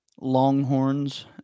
longhorns